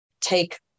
take